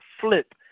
flip